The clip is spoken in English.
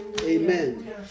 Amen